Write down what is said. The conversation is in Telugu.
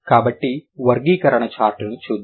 కాబట్టి వర్గీకరణ చార్ట్ను చూద్దాం